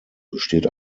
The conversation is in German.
besteht